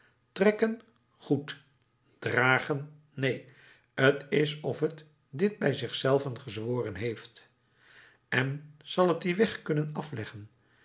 trekken goed dragen neen t is of het dit bij zich zelven gezworen heeft en zal het dien weg kunnen afleggen